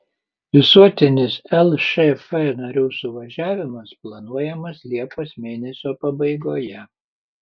visuotinis lšf narių suvažiavimas planuojamas liepos mėnesio pabaigoje